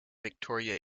victoria